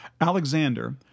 Alexander